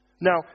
Now